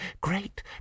great